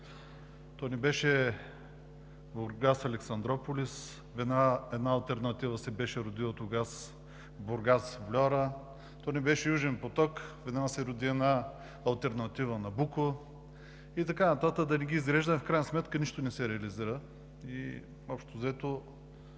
То не беше Бургас – Александруполис, една алтернатива се беше родила тогава – Бургас – Вльора, то не беше Южен поток, веднага се роди една алтернатива – „Набуко“, и така нататък. Да не ги изреждам. В крайна сметка нищо не се реализира. Общо взето